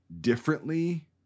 differently